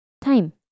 time